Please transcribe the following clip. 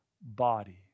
body